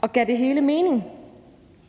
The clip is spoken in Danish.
Og gav det hele mening?